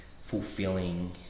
fulfilling